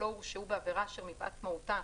לא הורשעו בעבירה אשר מפאת מהותה,